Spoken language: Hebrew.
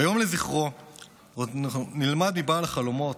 ביום לזכרו עוד נלמד מבעל החלומות,